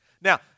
Now